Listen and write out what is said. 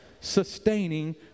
sustaining